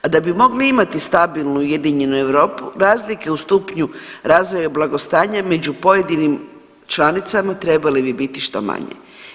A da bi mogli imati stabilnu i ujedinjenu Europu razlike u stupnju razvoja i blagostanja među pojedinim članicama trebale bi biti što manje.